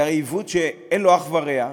זה הרי עיוות שאין לו אח ורע,